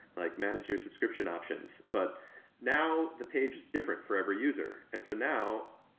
like manage your subscription options, but now the page is different for every user. and so now,